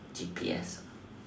G_P_S